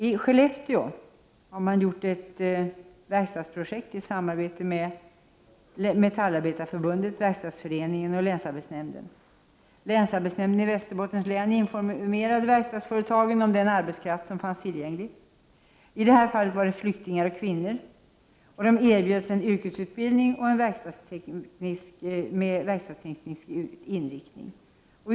I Skellefteå har man satt i gång ett verkstadsprojekt i samarbete mellan Metallindustriarbetareförbundet, Verkstadsföreningen och länsarbetsnämnden. Länsarbetsnämnden i Västerbottens län informerade verkstadsföretag om vilken arbetskraft som fanns tillgänglig. I detta fall var det flyktingar och kvinnor, som erbjöds en yrkesutbildning med verkstadsteknisk inriktning.